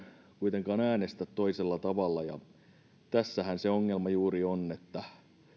kuitenkaan äänestä toisella tavalla tässähän se ongelma juuri on